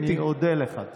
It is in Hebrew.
אני אודה לך.